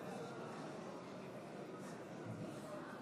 המחנה הממלכתי להביע אי-אמון בממשלה.